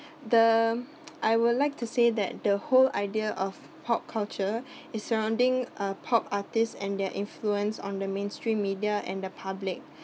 the I would like to say that the whole idea of pop culture is surrounding a pop artist and their influence on the mainstream media and the public